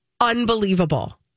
unbelievable